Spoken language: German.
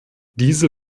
diese